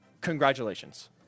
congratulations